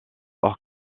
hors